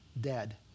dead